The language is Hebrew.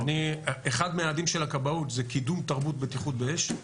אחד מהיעדים של הכבאות זה קידום תרבות בטיחות באש,